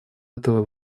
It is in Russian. этого